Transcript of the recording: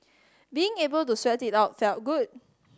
being able to sweat it out felt good